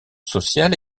sociale